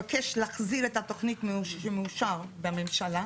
תבקש להחזיר את התוכנית שמאושר בממשלה,